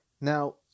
now